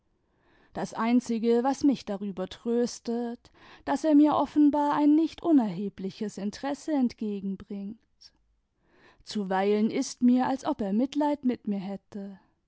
das einzige was mich darüber tröstet daß er mir offenbar ein nicht unerhebliches interesse entgegenbringt zuweilen ist mir als ob er mitleid mit mir hätte